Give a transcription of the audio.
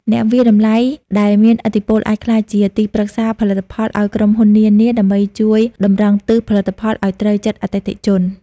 អ្នកវាយតម្លៃដែលមានឥទ្ធិពលអាចក្លាយជាទីប្រឹក្សាផលិតផល ឱ្យក្រុមហ៊ុននានាដើម្បីជួយតម្រង់ទិសផលិតផលឱ្យត្រូវចិត្តអតិថិជន។